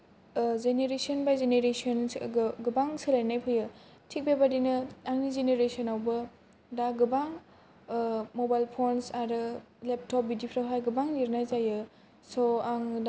ओ generation by generation गोबां सोलायनाय फैयो थिग बेबायदिनो आंनि जेनेरेशोनावबो दा गोबां ओ मबाइल फनस आरो लेपटप बिदियावहायगोबां लिरनाय जायो स' आं दा